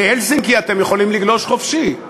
בהלסינקי אתם יכולים לגלוש חופשי.